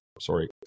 Sorry